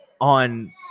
on